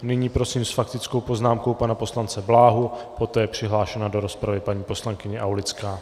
Nyní prosím s faktickou poznámkou pana poslance Bláhu, poté je přihlášena do rozpravy paní poslankyně Aulická.